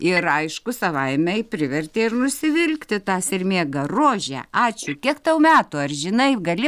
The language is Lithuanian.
ir aišku savaime privertė ir nusivilkti tą sermėgą rože ačiū kiek tau metų ar žinai gali